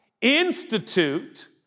institute